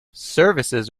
services